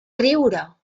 riure